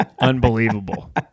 Unbelievable